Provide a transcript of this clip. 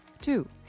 Two